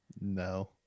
No